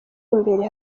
imbere